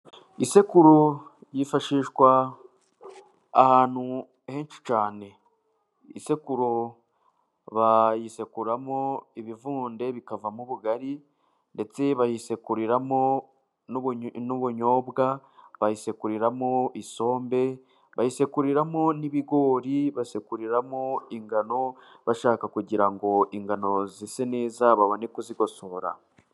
Isekuro yifashishwa ahantu henshi cyane .Isekururo bayisekuramo ibivunde bikavamo ubugari ,ndetse bayisekuriramo n'ubunyobwa ,bayisekuriramo isombe, bayisekuriramo n'ibigori ,basekuriramo ingano bashaka kugira ngo ingano zise neza ,babone kuzigosora.